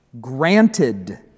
granted